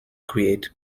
create